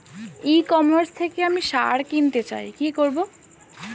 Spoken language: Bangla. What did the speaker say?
ই কমার্স থেকে আমি সার কিনতে চাই কি করব?